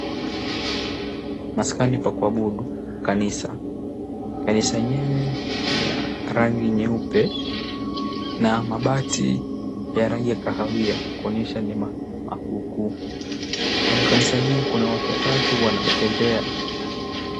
Maskani pa kuabudu, kanisa. Kanisa yenyewe ni ya rangi nyeupe, na mabati ya rangi ya kahawia, kuonyesha ni makuukuu. Kando ya kanisa yenyewe kuna watu watatu wanaotembea.